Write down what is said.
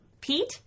Pete